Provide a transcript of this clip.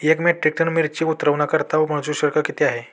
एक metric ton मिरची उतरवण्याकरता मजूर शुल्क किती आहे?